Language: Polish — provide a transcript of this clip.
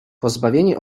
pozbawieni